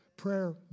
Prayer